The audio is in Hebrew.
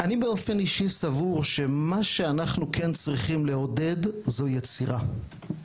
אני באופן אישי סבור שמה שאנחנו כן צריכים לעודד זו יצירה.